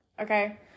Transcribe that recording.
Okay